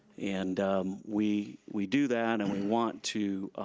and we we do that, and we want to